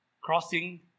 crossing